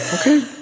Okay